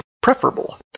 preferable